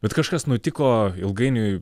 bet kažkas nutiko ilgainiui